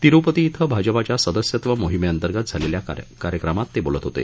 तिरुपती इथं भाजपाच्या सदस्यत्व मोहीमेअंतर्गत झालेल्या एका कार्यक्रमात ते बोलत होते